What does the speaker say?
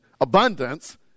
abundance